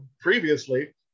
previously